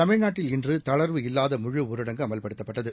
தமிழ்நாட்டில் இன்று தளர்வு இல்லாத முழு ஊரடங்கு அமல்படுத்தப்பட்டது